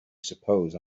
suppose